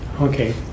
Okay